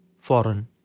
foreign